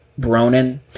Bronin